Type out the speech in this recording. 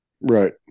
right